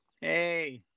Hey